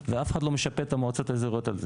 ואף אחד לא משפה את המועצות האזוריות על זה,